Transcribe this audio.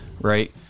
Right